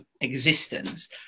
existence